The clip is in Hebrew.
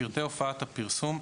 פרטי הופעת הפרסום,